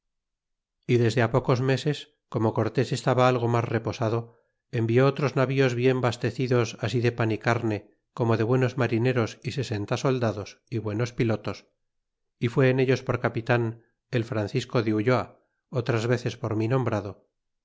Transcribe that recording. y desde á pocos meses como cortés estaba algo mas reposado envió otros navíos bien bastecidos así de pan y carne como de buenos marineros y sesenta soldados y buenos pilotos y fué en ellos por capitan el francisco de ulloa otras veces por nombrado